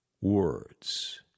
words